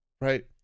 Right